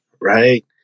right